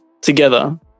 together